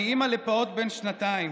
אני אימא לפעוט בן שנתיים.